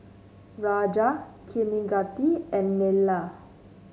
Raja Kaneganti and Neila